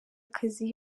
akazi